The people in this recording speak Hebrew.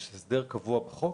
יש הסדר קבוע בחוק,